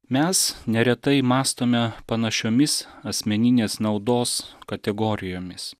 mes neretai mąstome panašiomis asmeninės naudos kategorijomis